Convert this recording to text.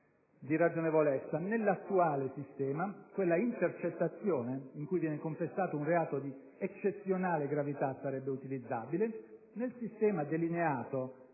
di ragionevolezza, nell'attuale sistema quella intercettazione, in cui viene confessato un reato di eccezionale gravità, sarebbe utilizzabile; invece nel sistema delineato